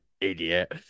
idiot